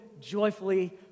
joyfully